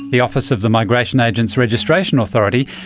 the office of the migration agents registration authority,